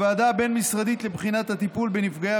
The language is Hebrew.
הוועדה הבין-משרדית לבחינת הטיפול בנפגעי